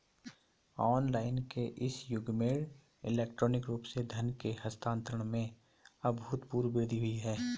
online के इस युग में इलेक्ट्रॉनिक रूप से धन के हस्तांतरण में अभूतपूर्व वृद्धि हुई है